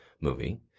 movie